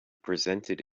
presented